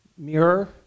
mirror